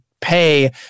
pay